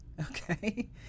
okay